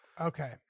Okay